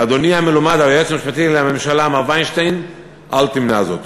לאדוני המלומד היועץ המשפטי לממשלה מר וינשטיין: אל תמנע זאת.